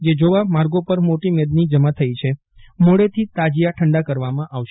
જે જોવા માર્ગો પરું મોટી મેદની જમા થઇ છે મોડેથી તાજીયા ઠંડા કરવામાં આવશે